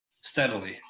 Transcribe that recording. steadily